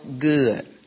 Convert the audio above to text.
good